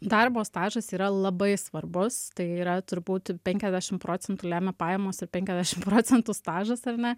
darbo stažas yra labai svarbus tai yra turbūt penkiasdešimt procentų lemia pajamos ir penkiasdešimt procentų stažas ar ne